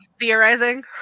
Theorizing